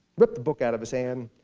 ripped the book out of his hand,